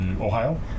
Ohio